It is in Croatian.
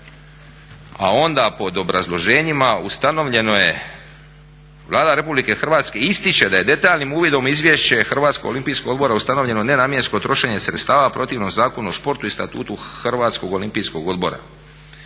a onda pod obrazloženjima ustanovljeno je Vlada Republike Hrvatske ističe da je detaljnim uvidom u izvješće HOO ustanovljeno nenamjensko trošenje sredstava a protivno Zakonu o športu i Statutu HOO-a i to za